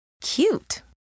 Cute